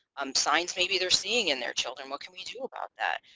um signs maybe they're seeing in their children what can we do about that?